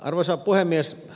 arvoisa puhemies